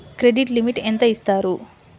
Credit limit ఎంత ఇస్తారు?